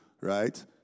right